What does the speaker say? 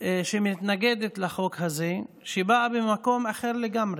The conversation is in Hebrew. שמתנגדת לחוק הזה, שבאה ממקום אחר לגמרי.